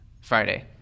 Friday